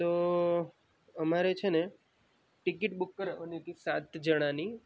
તો અમારે છે ને ટિકિટ બૂક કરવાની હતી સાત જણાની